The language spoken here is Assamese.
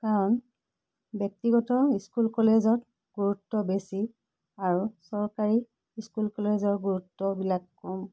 কাৰণ ব্যক্তিগত স্কুল কলেজত গুৰুত্ব বেছি আৰু চৰকাৰী স্কুল কলেজৰ গুৰুত্ববিলাক কম